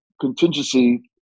contingency